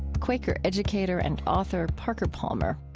quaker educator and author parker palmer